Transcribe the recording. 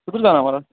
कुद्धर जाना म्हाराज